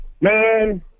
Man